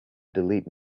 delete